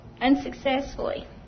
unsuccessfully